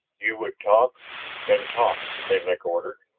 you would talk then talk! menlik ordered.